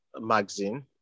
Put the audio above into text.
magazine